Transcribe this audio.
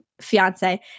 fiance